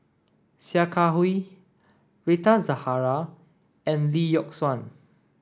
Sia Kah Hui Rita Zahara and Lee Yock Suan